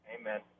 Amen